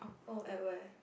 or at where